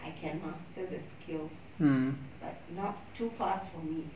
I can master the skills but not too fast for me